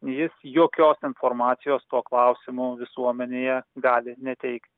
jis jokios informacijos tuo klausimu visuomenėje gali neteik